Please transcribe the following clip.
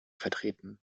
vertreten